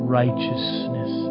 righteousness